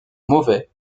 mauvais